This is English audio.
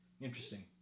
Interesting